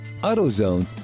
AutoZone